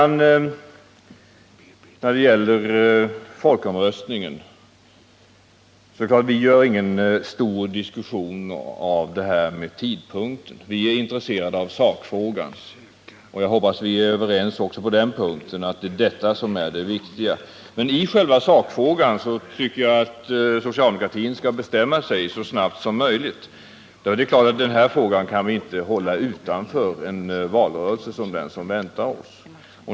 Beträffande den kommande folkomröstningen gör vi ingen stor affär av detta med tidpunkten. Vi är intresserade av sakfrågan. Jag hoppas att vi är överens om att den är det viktiga. Men just i själva sakfrågan tycker jag att socialdemokratin skall bestämma sig så snabbt som möjligt. Det är klart att vi inte kan hålla den utanför den valrörelse som väntar.